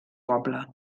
poble